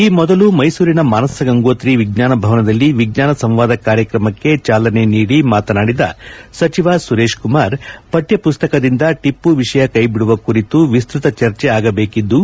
ಈ ಮೊದಲು ಮೈಸೂರಿನ ಮಾನಸ ಗಂಗೋತ್ರಿ ವಿಜ್ವಾನ ಭವನದಲ್ಲಿ ವಿಜ್ವಾನ ಸಂವಾದ ಕಾರ್ಯಕ್ರಮಕ್ಕೆ ಚಾಲನೆ ನೀಡಿ ಮಾತನಾಡಿದ ಸಚಿವ ಸುರೇಶ್ ಕುಮಾರ್ ಪಕ್ಷ ಪುಸ್ತಕದಿಂದ ಟಿಪ್ಪು ವಿಷಯ ಕೈಬಿಡುವ ಕುರಿತು ವಿಸ್ತತ ಚರ್ಚೆ ಆಗಬೇಕಿದ್ಲು